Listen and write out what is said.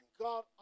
God